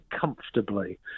comfortably